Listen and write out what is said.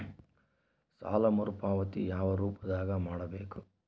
ಸಾಲ ಮರುಪಾವತಿ ಯಾವ ರೂಪದಾಗ ಮಾಡಬೇಕು?